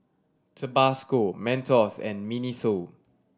Tabasco Mentos and MINISO